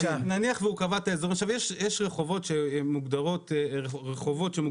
נניח שהוא קבע את הרחובות המוגדרים ככחול